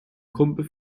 kumpel